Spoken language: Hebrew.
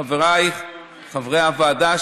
חבריי חברי הוועדה,